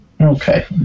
Okay